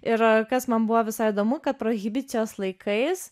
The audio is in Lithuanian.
ir kas man buvo visai įdomu kad prohibicijos laikais